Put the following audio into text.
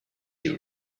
you